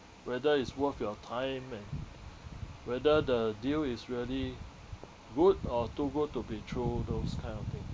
whether it's worth your time and whether the deal is really good or too good to be true those kind of thing